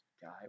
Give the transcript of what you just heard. guy